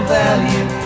value